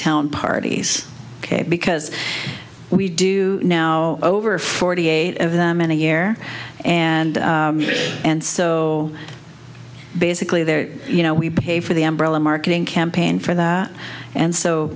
town parties ok because we do now over forty eight of them in a year and and so basically they're you know we pay for the umbrella marketing campaign for that and so